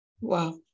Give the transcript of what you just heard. Wow